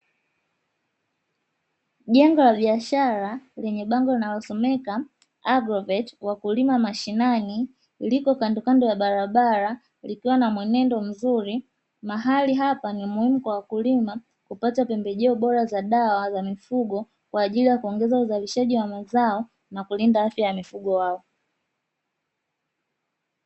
Jengo la boashara lenye bango linalosomeka agrobetisi wakulima mashinani liko kando kando ya barabara likiwa na mwenendo mzuri, mahali hapo ni muhimu kwa wakulima kupata pembejeo bora na dawa za mifugo kwa ajili ya kuongeza uzalishaji wa mazao na kulinda afya ya mifugo yao.